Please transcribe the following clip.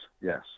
yes